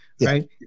right